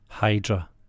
Hydra